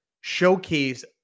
showcase